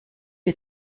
est